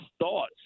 thoughts